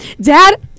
dad